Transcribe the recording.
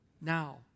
Now